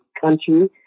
country